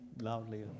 loudly